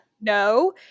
No